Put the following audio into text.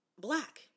black